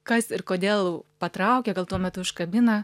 kas ir kodėl patraukia gal tuo metu užkabina